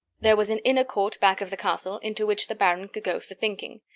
there was an inner court back of the castle, into which the baron could go for thinking.